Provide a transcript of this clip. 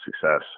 success